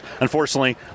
Unfortunately